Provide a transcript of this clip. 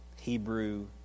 Hebrew